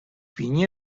بینی